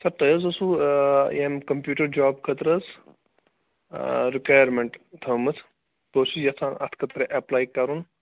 سَر تۄہہِ حظ اوسُو ییٚمہِ کَمپیوٗٹَر جاب خٲطرٕ حظ ریُکایَرمٮ۪نٛٹ تھٲومٕژ بہٕ حظ چھُس یژھان اَتھ خٲطرٕ اٮ۪پلَے کَرُن